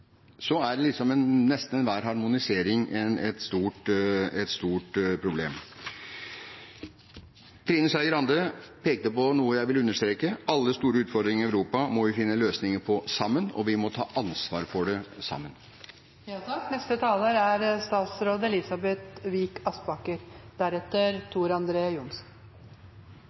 er liksom nesten enhver harmonisering et stort problem. Trine Skei Grande pekte på noe jeg vil understreke: Alle store utfordringer i Europa må vi finne løsninger på sammen, og vi må ta ansvar for dem sammen. Jeg vil takke for en god debatt og gode innlegg, men det er